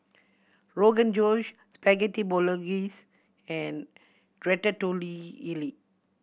Rogan Josh Spaghetti Bolognese and Ratatouille